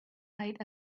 height